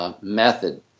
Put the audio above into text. method